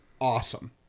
awesome